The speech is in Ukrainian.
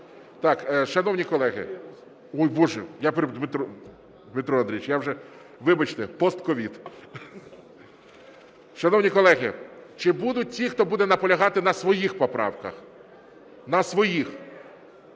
Так, шановні колеги! Ой боже, я... Дмитро Андрійович, я вже… Вибачте, постковід. Шановні колеги, чи будуть ті, хто буде наполягати на своїх поправках, на своїх?